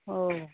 औ